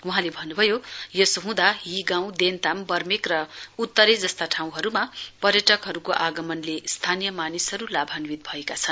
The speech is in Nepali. वहाँले भन्नुभयो यसो हुँदा ही गाउँ देन्ताम बर्मेक र उत्तेर जस्ता ठाउँहरूमा पर्यटकहरूको आगमनले स्थानीय मानिसिहरू लाभान्वित भएका छन्